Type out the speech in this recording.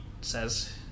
says